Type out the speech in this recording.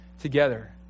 together